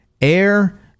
air